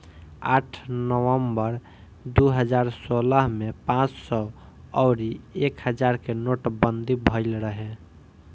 आठ नवंबर दू हजार सोलह में पांच सौ अउरी एक हजार के नोटबंदी भईल रहे